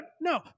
No